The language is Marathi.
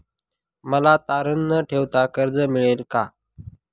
मला तारण न ठेवता कर्ज मिळेल का?